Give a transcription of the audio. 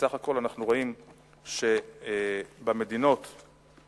בסך הכול אנחנו רואים שבמדינות הנאורות,